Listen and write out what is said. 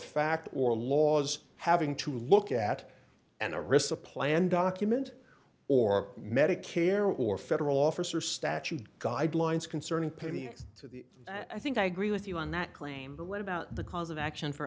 fact or laws having to look at and a risk of plan document or medicare or federal officer statute guidelines concerning pity as to the i think i agree with you on that claim but what about the cause of action for